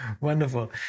Wonderful